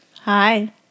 Hi